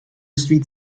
street